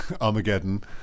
Armageddon